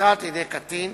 המבוצעת על-ידי קטין,